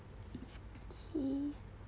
okay